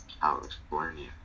California